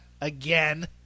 Again